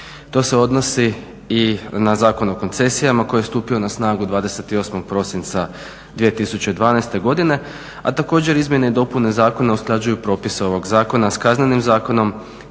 To se odnosi i na Zakon o koncesijama koji je stupio na snagu 28. prosinca 2012. godine, a također izmjene i dopune zakona usklađuju propis ovog zakona s Kaznenim zakonom